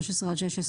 13 עד 16,